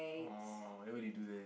orh then what did you do there